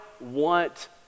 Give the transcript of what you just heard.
want